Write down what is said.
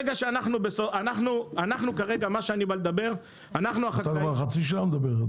החקלאים -- אתה כבר חצי שעה מדבר.